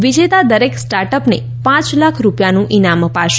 વિજેતા દરેક સ્ટાર્ટઅપને પાંચ લાખ રૂપિયાનું ઇનામ અપાશે